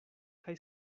kaj